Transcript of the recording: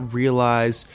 realize